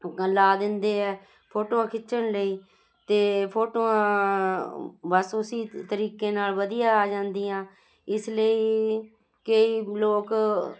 ਅਗਾਂਹ ਲਗਾ ਦਿੰਦੇ ਆ ਫੋਟੋ ਖਿੱਚਣ ਲਈ ਅਤੇ ਫੋਟੋਆਂ ਬਸ ਉਸ ਤਰੀਕੇ ਨਾਲ ਵਧੀਆ ਆ ਜਾਂਦੀਆਂ ਇਸ ਲਈ ਕਈ ਲੋਕ